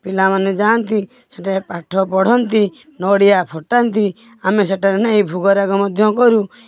ପିଲାମାନେ ଯାଆନ୍ତି ସେଠାରେ ପାଠପଢ଼ନ୍ତି ନଡ଼ିଆ ଫଟାନ୍ତି ଆମେ ସେଠାରେ ନେଇ ଭୋଗରାଗ ମଧ୍ୟକରୁ